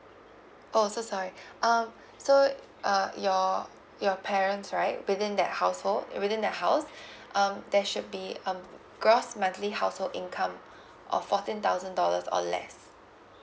oh so sorry um so uh your your parents right within that household uh within their house um there should be um gross monthly household income of fourteen thousand dollars or less